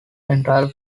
entirely